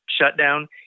shutdown